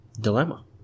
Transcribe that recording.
dilemma